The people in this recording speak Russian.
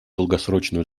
долгосрочной